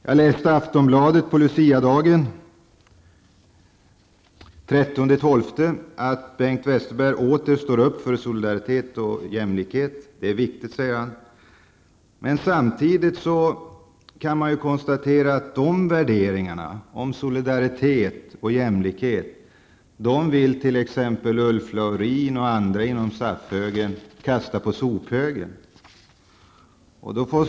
Jag läste i Aftonbladet på Luciadagen, den 13 december, att Bengt Westerberg åter står upp för solidaritet och jämlikhet. Det är viktigt, säger han. Samtidigt kan man konstatera att Ulf Laurin och andra inom SAF-högern vill kasta de värderingarna, solidaritet och jämlikhet, på sophögen.